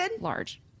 large